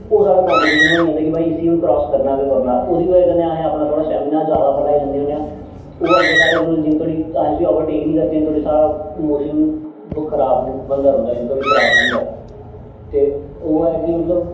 ओह् साढ़ा कंपीटीशन बनी जंदा कि भाई इस्सी हून क्रास करना गै करना ओह्दी ब'जा कन्नै असें अपना स्टैमना जैदा बढ़ाई लैन्ने होन्ने आं ओह् अग्गें साढ़े कोलूं जिन्ने धोड़ी अस उस्सी ओवरटेक निं करचै इन्न् धोड़ी साढ़ा मोशन खराब निं बनदा रौंह्दा इन्नै धोड़ी खराब निं होंदा ते ओह् ऐ कि मतलब